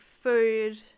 food